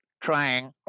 trying